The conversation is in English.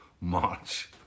March